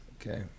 Okay